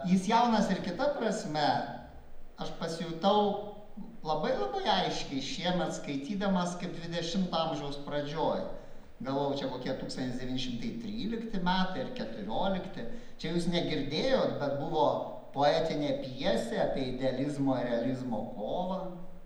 jis jaunas ir kita prasme aš pasijutau labai labai aiškiai šiemet skaitydamas kaip dvidešimto amžiaus pradžioj galvojau čia kokie tūkstantis devyni šimtai trylikti metai ar keturiolikti čia jūs negirdėjot bet buvo poetinė pjesė apie idealizmo ir realizmo kovą